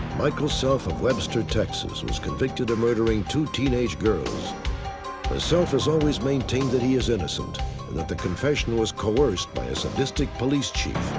michael self of webster, texas was convicted of murdering two teenage girls. but self has always maintained that he is innocent and that the confession was coerced by a sadistic police chief.